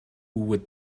would